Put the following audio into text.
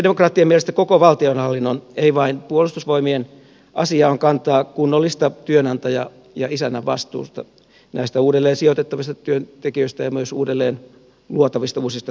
sosialidemokraattien mielestä koko valtionhallinnon ei vain puolustusvoimien asia on kantaa kunnollista työnantaja ja isännänvastuuta näistä uudelleen sijoitettavista työntekijöistä ja myös uudelleen luotavista uusista työpaikoista